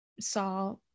saw